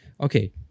okay